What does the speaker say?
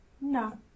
No